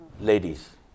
ladies